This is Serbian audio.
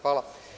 Hvala.